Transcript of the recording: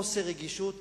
זה חוסר רגישות.